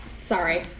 Sorry